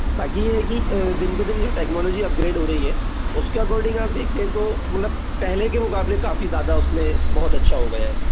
बाकि ये है कि दिन पे दिन जो टेक्नोलॉजी अपग्रेड हो रही है उसके अकॉर्डिंग आप देखते है तो मतलब पहले के मुकाबले काफ़ी ज़्यादा उसमें बहुत अच्छा हो गया है